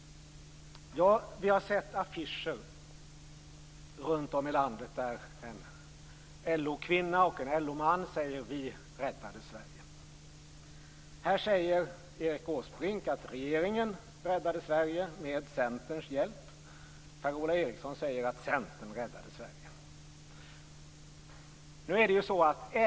Vi har sett affischer runt om i landet där en LO kvinna och en LO-man säger: Vi räddade Sverige. Här säger Erik Åsbrink att regeringen räddade Sverige med Centerns hjälp. Per-Ola Eriksson säger att Centern räddade Sverige.